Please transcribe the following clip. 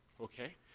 Okay